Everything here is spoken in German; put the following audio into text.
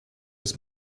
bis